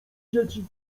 dzieci